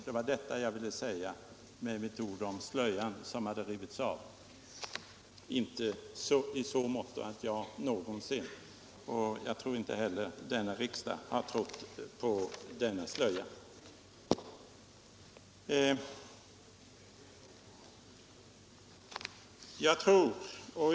Det var detta jag ville säga med mina ord om slöjan som hade rivits av. Jag menade inte att jag någonsin — och inte heller denna riksdag — har trott på denna slöja.